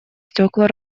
стекла